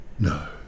No